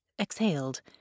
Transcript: exhaled